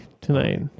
tonight